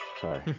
Sorry